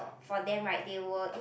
for them right they were